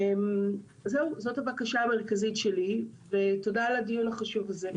זאת הבקשה המרכזית שלי, ותודה על הדיון החשוב הזה.